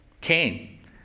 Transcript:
Cain